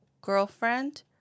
girlfriend